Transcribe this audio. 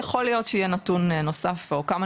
יכול להיות שיהיה נתון נוסף או כל מיני